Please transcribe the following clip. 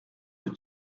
peut